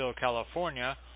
California